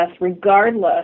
regardless